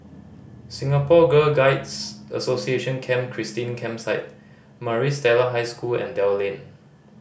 Singapore Girl Guides Association Camp Christine Campsite Maris Stella High School and Dell Lane